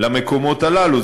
למקומות הללו.